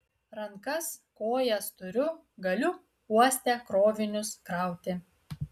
rankas kojas turiu galiu uoste krovinius krauti